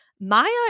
Maya